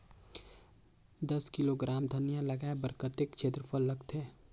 दस किलोग्राम धनिया लगाय बर कतेक क्षेत्रफल लगथे?